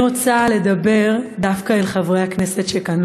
אני רוצה לדבר דווקא אל חברי הכנסת שכאן,